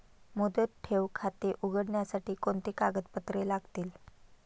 मुदत ठेव खाते उघडण्यासाठी कोणती कागदपत्रे लागतील?